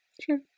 sure